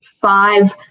five